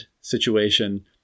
situation